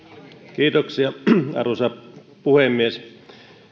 kiitoksia arvoisa puhemies